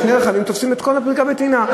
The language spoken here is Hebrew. שני רכבים תופסים את כל מקום הפריקה והטעינה.